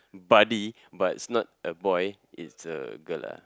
buddy but it's not a boy it's a girl lah